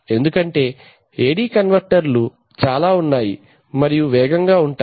ఎందుకంటే AD కన్వర్టర్లు చాలా ఉన్నాయి మరియు వేగంగా ఉంటాయి